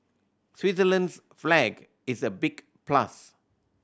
Switzerland's flag is a big plus